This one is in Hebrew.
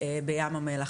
ביום המלח,